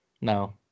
no